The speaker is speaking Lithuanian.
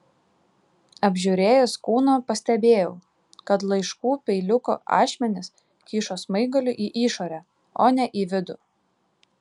apžiūrėjęs kūną pastebėjau kad laiškų peiliuko ašmenys kyšo smaigaliu į išorę o ne į vidų